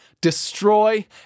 destroy